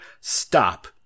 stop